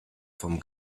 vom